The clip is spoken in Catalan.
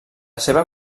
seva